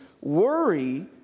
worry